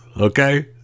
Okay